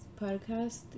podcast